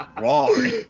wrong